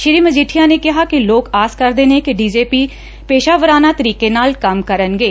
ਸ੍ਰੀ ਮਜੀਠਿਆ ਨੇ ਕਿਹਾ ਕਿ ਲੋਕ ਆਸ ਕਰਦੇ ਨੇ ਕਿ ਡੀ ਜੀ ਪੀ ਪੇਸਾਵਰਾਨਾ ਤਰੀਕੇ ਨਾਲ ਕੰਮ ਕਰਨਗੇ